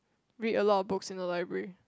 read a lot of books in our library